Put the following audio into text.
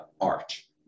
arch